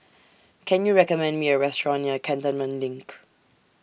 Can YOU recommend Me A Restaurant near Cantonment LINK